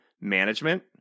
management